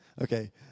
okay